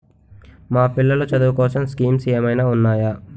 మా పిల్లలు చదువు కోసం స్కీమ్స్ ఏమైనా ఉన్నాయా?